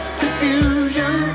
confusion